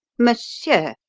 monsieur,